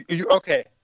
Okay